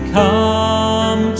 come